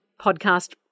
podcast